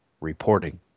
reporting